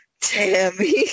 Tammy